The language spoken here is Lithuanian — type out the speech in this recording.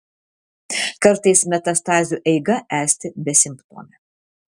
kartais metastazių eiga esti besimptomė